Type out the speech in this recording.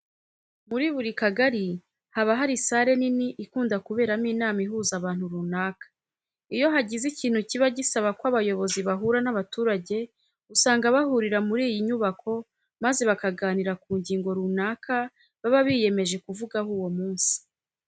Muri buri kagari haba hari sare nini ikunda kuberamo inama ihuza abantu runaka. Iyo hagize ikintu kiba gisaba ko abayobozi bahura n'abaturage usanga bahurira muri iyi nyubako maze bakaganira ku ngingo runaka baba biyemeje kuvugaho uwo munsi.